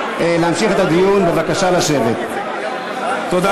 משוכנע שיושב-ראש האופוזיציה רהוט דיו,